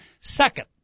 second